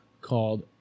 called